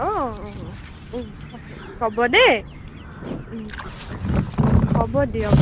অঁ অঁ অঁ অঁ অঁ হ'ব দেই হ'ব দিয়ক